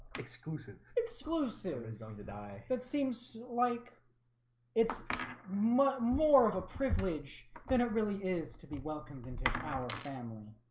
exclusive exclusive sierra's going to die that seems like it's much more of a privilege than it really is to be welcomed into our family